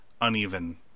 Uneven